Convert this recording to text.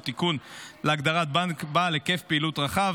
תיקון להגדרת "בנק בעל היקף פעילות רחב",